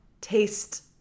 taste